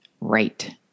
Right